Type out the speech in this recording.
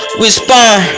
respond